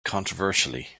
controversially